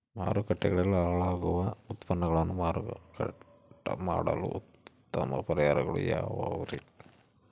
ಮಾರುಕಟ್ಟೆಯಲ್ಲಿ ಹಾಳಾಗುವ ಉತ್ಪನ್ನಗಳನ್ನ ಮಾರಾಟ ಮಾಡಲು ಉತ್ತಮ ಪರಿಹಾರಗಳು ಯಾವ್ಯಾವುರಿ?